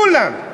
כולם,